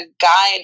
guide